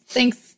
Thanks